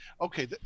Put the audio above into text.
Okay